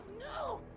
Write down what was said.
no!